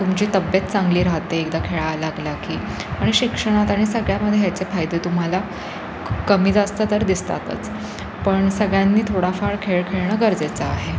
तुमची तब्येत चांगली राहते एकदा खेळा लागला की आणि शिक्षणात आणि सगळ्यामध्ये ह्याचे फायदे तुम्हाला कमी जास्त तर दिसतातच पण सगळ्यांनी थोडंफार खेळ खेळणं गरजेचं आहे